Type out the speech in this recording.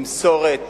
תמסורת